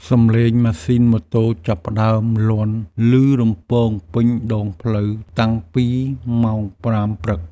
សំឡេងម៉ាស៊ីនម៉ូតូចាប់ផ្ដើមលាន់ឮរំពងពេញដងផ្លូវតាំងពីម៉ោង ៥ ព្រឹក។